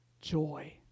joy